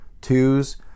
twos